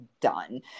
done